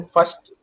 First